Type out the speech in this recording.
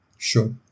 Sure